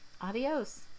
adios